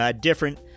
different